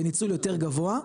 בניצול יותר גבוה.